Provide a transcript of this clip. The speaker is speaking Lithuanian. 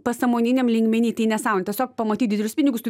pasąmoniniam lygmeny tai nesąmonė tiesiog pamatyt didelius pinigus tu